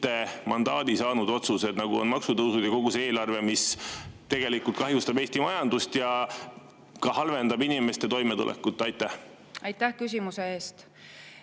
mandaati saadud – maksutõusud ja kogu see eelarve, mis tegelikult kahjustab Eesti majandust ja ka halvendab inimeste toimetulekut. Aitäh küsimuse eest!